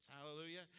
Hallelujah